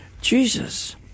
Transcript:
Jesus